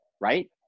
right